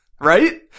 Right